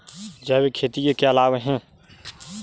जैविक खेती के क्या लाभ हैं?